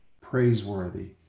praiseworthy